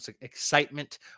excitement